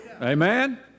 Amen